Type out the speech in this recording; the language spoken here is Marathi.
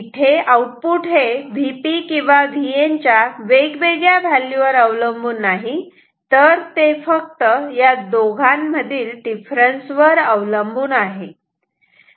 इथे आउटपुट हे Vp किंवा Vn च्या वेगवेगळ्या व्हॅल्यू वर अवलंबून नाही तर ते फक्त या दोघांमधील डिफरन्स वर अवलंबून आहे